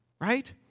right